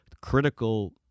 critical